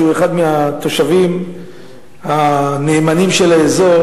שהוא אחד מהתושבים הנאמנים של האזור